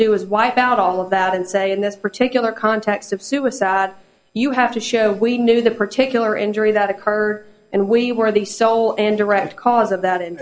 do is wipe out all of that and say in this particular context of suicide you have to show we knew the particular injury that occurred and we were the so and direct cause of that